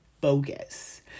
bogus